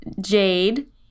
Jade